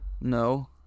No